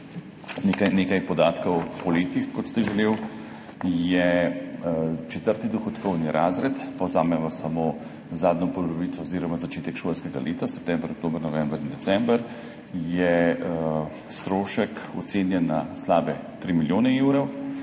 nekaj podatkov po letih, kot ste želeli. Je četrti dohodkovni razred, pa vzamemo samo zadnjo polovico oziroma začetek šolskega leta, september, oktober, november, december, je strošek ocenjen na slabe 3 milijone evrov.